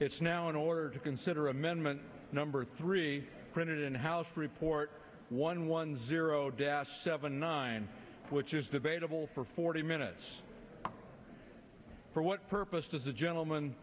it's now in order to consider amendment number three printed in house report one one zero das seven nine which is debatable for forty minutes for what purpose does the gentleman